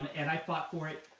and i fought for it.